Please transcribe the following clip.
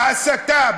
בהסתה,